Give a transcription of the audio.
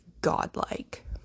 godlike